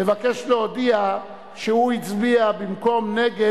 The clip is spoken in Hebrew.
נפלו ההסתייגויות לסעיף 1. אנחנו נצביע עכשיו על סעיף 1 כהצעת הוועדה.